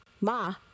Ma